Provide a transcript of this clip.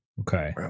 Okay